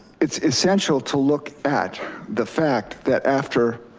it's essential to look at the fact that after